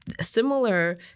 similar